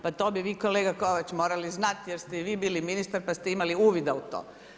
Pa to bi vi kolega Kovač morali znati, jer ste i vi bili ministar, pa ste imali uvida u to.